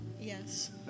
Yes